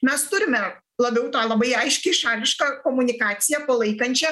mes turime labiau tą labai aiškiai šališką komunikaciją palaikančią